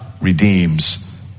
redeems